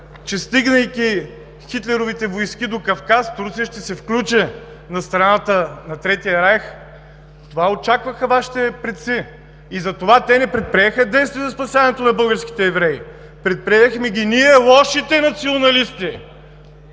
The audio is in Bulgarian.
че стигайки Хитлеровите войски до Кавказ, Турция ще се включи на страната на Третия райх? Това очакваха Вашите предци и затова те не предприеха действия за спасяването на българските евреи. Предприехме ги ние, лошите националисти!